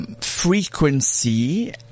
Frequency